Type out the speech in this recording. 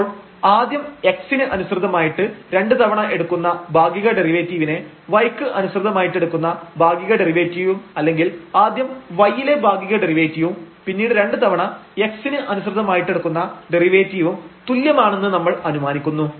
അപ്പോൾ ആദ്യം x ന് അനുസൃതമായിട്ട് രണ്ട് തവണ എടുക്കുന്ന ഭാഗിക ഡെറിവേറ്റീവിനെ y ക്ക് അനുസൃതമായിട്ട് എടുക്കുന്ന ഭാഗിക ഡെറിവേറ്റീവും അല്ലെങ്കിൽ ആദ്യം y ലെ ഭാഗിക ഡെറിവേറ്റീവും പിന്നീട് രണ്ട് തവണ x ന് അനുസൃതമായിട്ടെടുക്കുന്ന ഡെറിവേറ്റീവും തുല്യമാണെന്ന് നമ്മൾ അനുമാനിക്കുന്നു